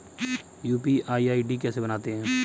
UPI ID कैसे बनाते हैं?